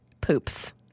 poops